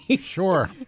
sure